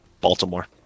Baltimore